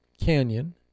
Canyon